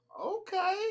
Okay